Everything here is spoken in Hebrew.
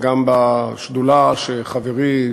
וגם בשדולה שחברי,